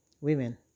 women